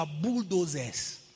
bulldozers